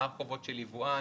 מה החובות של יבואן?